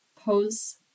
pose